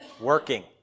Working